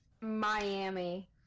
Miami